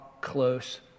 close